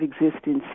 existence